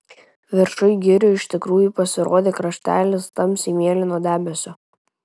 viršuj girių iš tikrųjų pasirodė kraštelis tamsiai mėlyno debesio